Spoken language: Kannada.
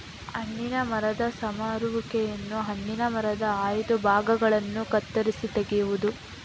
ಹಣ್ಣಿನ ಮರದ ಸಮರುವಿಕೆಯನ್ನು ಹಣ್ಣಿನ ಮರದ ಆಯ್ದ ಭಾಗಗಳನ್ನು ಕತ್ತರಿಸಿ ತೆಗೆಯುವುದು